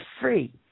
free